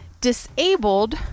disabled